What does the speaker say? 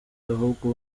ahubwo